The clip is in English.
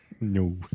No